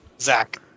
Zach